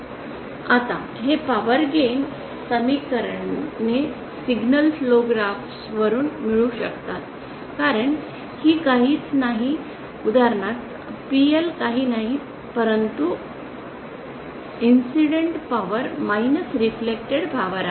आता हे power gain समीकरणे सिग्नल फ्लो ग्राफ वरुन मिळू शकतात कारण ही काहीच नाही उदाहरणार्थ PL काही नाही परंतु इंसीडन्ट पॉवर रिफ्लेक्टड पॉवर आहे